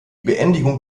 beendigung